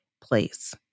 place